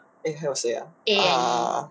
eh 还有谁 ah uh